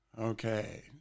Okay